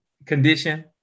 condition